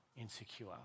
insecure